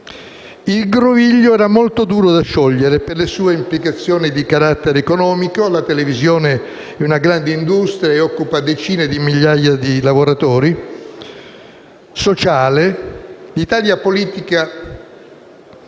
Il groviglio era molto duro da sciogliere per le sue implicazioni di carattere economico (la televisione è una grande industria e occupa decine di migliaia di lavoratori), sociale (l'Italia politica